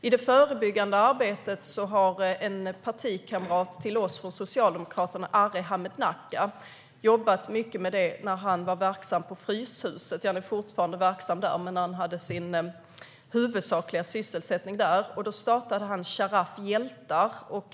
I det förebyggande arbetet har en partikamrat till oss i Socialdemokraterna, Arhe Hamednaca, jobbat mycket med detta när han var verksam på Fryshuset. Han är fortfarande verksam där. Då startade han Sharaf Hjältar.